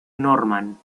norman